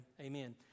Amen